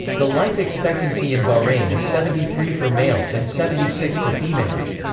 the life expectancy in bahrain is seventy three for males and seventy six for females.